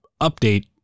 update